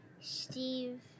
Steve